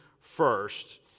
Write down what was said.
first